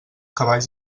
cavalls